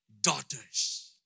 daughters